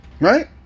Right